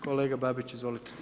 Kolega Babić, izvolite.